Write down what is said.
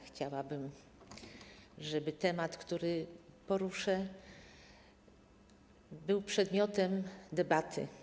Chciałabym, żeby temat, który poruszę, był przedmiotem debaty.